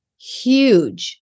huge